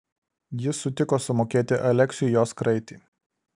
jis sutiko sumokėti aleksiui jos kraitį